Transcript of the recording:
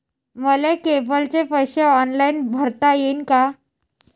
मले केबलचे पैसे ऑनलाईन भरता येईन का?